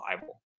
Bible